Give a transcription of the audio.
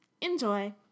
Enjoy